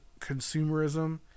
consumerism